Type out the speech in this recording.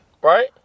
Right